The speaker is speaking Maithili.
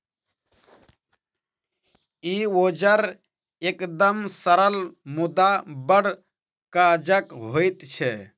ई औजार एकदम सरल मुदा बड़ काजक होइत छै